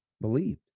believed